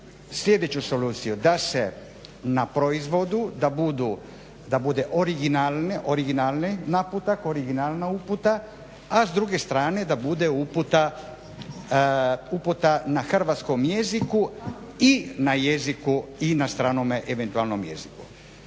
sljedeću soluciju, da se na proizvodu da bude originalni naputak, originalna uputa, a s druge strane da bude uputa na hrvatskom jezikom i na stranome eventualnom jeziku.